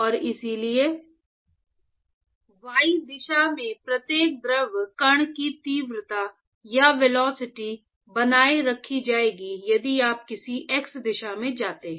और इसलिए y दिशा में प्रत्येक द्रव कण की तीव्रता या वेलोसिटी बनाए रखी जाएगी यदि आप किसी x दिशा में जाते हैं